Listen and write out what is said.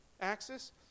axis